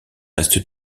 reste